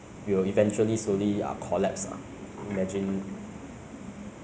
kind of part of my life but I cannot do gaming for eight hours straight lah